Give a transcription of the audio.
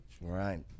Right